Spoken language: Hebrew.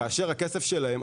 כאשר הכסף שלהם,